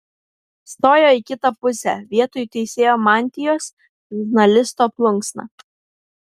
stojo į kitą pusę vietoj teisėjo mantijos žurnalisto plunksna